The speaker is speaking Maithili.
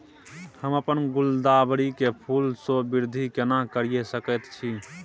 हम अपन गुलदाबरी के फूल सो वृद्धि केना करिये सकेत छी?